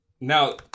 Now